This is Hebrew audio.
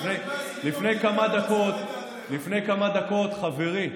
לפני כמה דקות חברי,